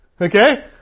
Okay